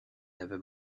never